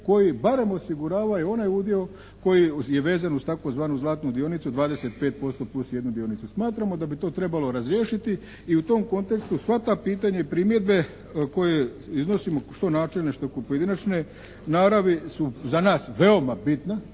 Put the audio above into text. koji barem osiguravaju onaj udio koji je vezan uz tzv. zlatnu dionicu 25% plus jednu dionicu. Smatramo da bi to trebalo razriješiti i u tom kontekstu sva ta pitanja i primjedbe koje iznosimo, što načelne što pojedinačne naravi su za nas veoma bitna,